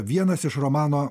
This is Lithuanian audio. vienas iš romano